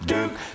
Duke